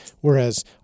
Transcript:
Whereas